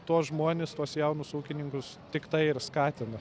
tuos žmones tuos jaunus ūkininkus tik tai ir skatina